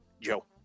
Joe